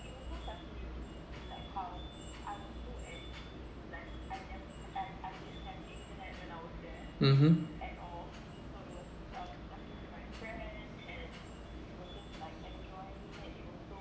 mmhmm